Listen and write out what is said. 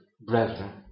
brethren